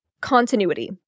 continuity